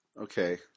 Okay